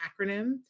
acronym